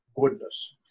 goodness